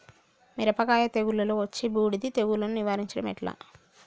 మిరపకాయ తెగుళ్లలో వచ్చే బూడిది తెగుళ్లను నివారించడం ఎట్లా?